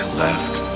left